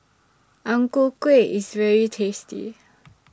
Ang Ku Kueh IS very tasty